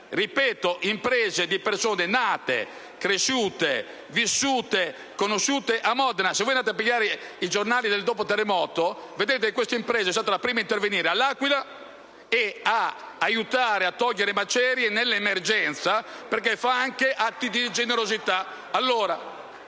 Ripeto, imprese di persone nate, cresciute, vissute e conosciute a Modena. Se andate a prendere i giornali del dopo terremoto, noterete che questa impresa è stata la prima ad intervenire all'Aquila e ad aiutare a togliere le macerie nell'emergenza, perché compie anche atti di generosità.